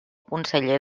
conseller